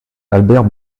albert